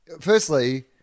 firstly